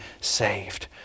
saved